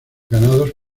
ganados